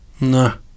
No